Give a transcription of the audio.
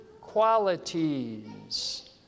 qualities